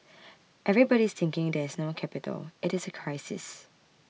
everybody is thinking there is no capital it is a crisis